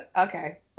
Okay